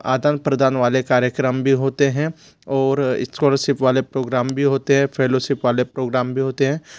आदान प्रदान वाले कार्यक्रम भी होते हैं और स्कॉलरशिप वाले प्रोग्राम भी होते हैं फेलोशिप वाले प्रोग्राम भी होते हैं